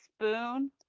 spoon